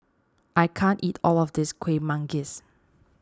I can't eat all of this Kueh Manggis